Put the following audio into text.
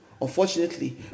Unfortunately